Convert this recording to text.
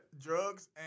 Drugs